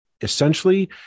essentially